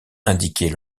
indiquait